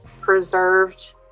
preserved